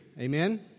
amen